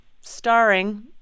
starring